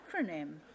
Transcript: acronym